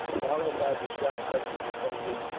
followed by the shots of the defenders,